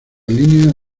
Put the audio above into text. línea